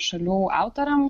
šalių autoriam